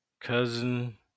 cousin